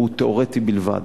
הוא תיאורטי בלבד.